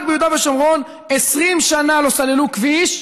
רק ביהודה ושומרון 20 שנה לא סללו כביש,